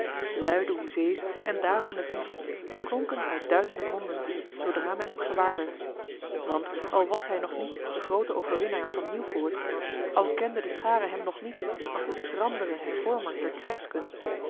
luide hoezee's en daverende vivats klonken uit duizende monden zoodra men hem gewaar werd want al was hij nog niet de groote overwinnaar van nieuwpoort al kende de schare hem nog niet als den schranderen hervormer der